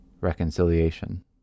reconciliation